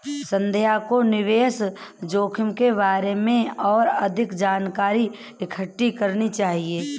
संध्या को निवेश जोखिम के बारे में और अधिक जानकारी इकट्ठी करनी चाहिए